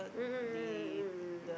mm mm mm mm mm